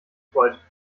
freut